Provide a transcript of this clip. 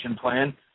plan